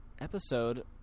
episode